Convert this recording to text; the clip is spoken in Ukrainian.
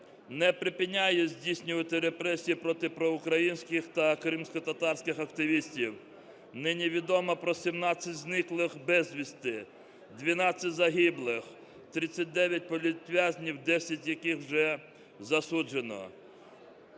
не припиняє здійснювати репресії проти проукраїнських та кримськотатарських активістів. Нині відомо про 17 зниклих безвісті, 12 загиблих, 39 політв'язнів, 10 з яких вже засуджено.